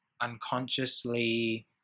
unconsciously